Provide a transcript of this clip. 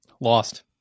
Lost